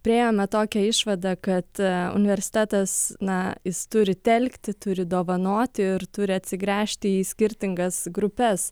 priėjome tokią išvadą kad universitetas na jis turi telkti turi dovanoti ir turi atsigręžti į skirtingas grupes